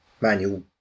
manual